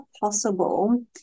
possible